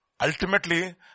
Ultimately